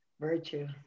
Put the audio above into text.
Virtue